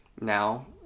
now